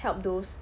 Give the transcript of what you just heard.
help those